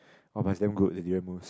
[wah] but is damn good the durian mousse